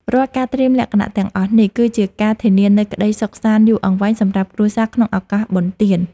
រាល់ការត្រៀមលក្ខណៈទាំងអស់នេះ គឺជាការធានានូវក្តីសុខសាន្តយូរអង្វែងសម្រាប់គ្រួសារក្នុងឱកាសបុណ្យទាន។